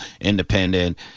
independent